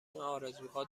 ارزوها